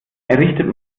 errichtet